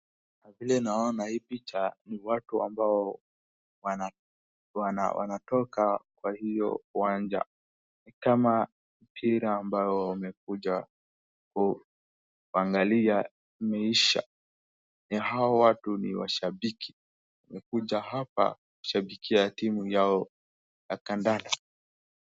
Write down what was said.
Kwa vile naona hii picha ni watu ambao wanatoka kwa hiyo uwanja. Ni kama mpira ambao wamekuja kuangalia imeisha, na hao watu ni washabiki wamekuja hapa kushabikia timu yao ya kandanda.